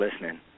listening